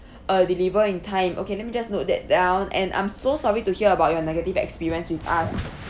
uh deliver in time okay let me just note that down and I'm so sorry to hear about your negative experience with us